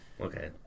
okay